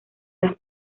las